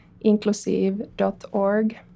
inclusive.org